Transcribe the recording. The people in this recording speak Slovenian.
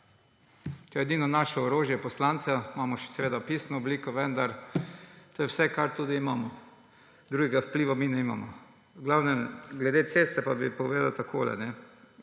ki je edino orožje poslancev, imamo še seveda pisno obliko, vendar to je vse, kar tudi imamo, drugega vpliva mi nimamo. Glede ceste pa bi povedal takole.